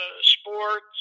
sports